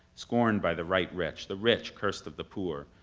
scorned by the right rich, the rich cursed of the poor,